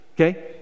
okay